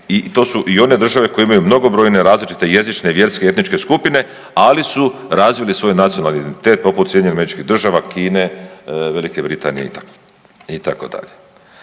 i to su i one države koje imaju mnogobrojne različite jezične, vjerske i etničke skupine, ali su razvili svoj nacionalni identitet, poput SAD-a, Kine, VB, itd. Državljanstvo je